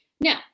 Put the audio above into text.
Now